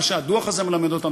מה שהדוח הזה מלמד אותנו,